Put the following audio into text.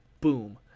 boom